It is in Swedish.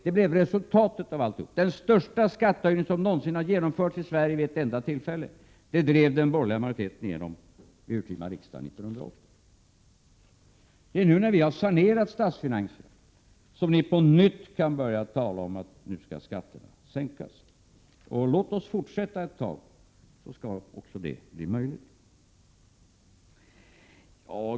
Det blev resultatet av alltihop: den största skattehöjning som någonsin har genomförts i Sverige vid ett enda tillfälle drev den borgerliga majoriteten igenom vid urtima riksdagen 1980. Det är först nu, när vi har sanerat statsfinanserna, som ni på nytt kan börja tala om att skatterna skall sänkas. Låt oss fortsätta ett tag till, så skall också det bli möjligt!